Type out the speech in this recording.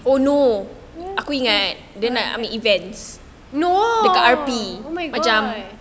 no oh my god